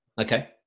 Okay